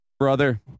brother